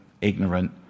ignorant